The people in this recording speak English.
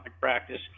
practice